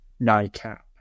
NICAP